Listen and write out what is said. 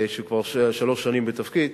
כבר שלוש שנים בתפקיד.